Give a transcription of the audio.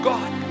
God